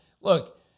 Look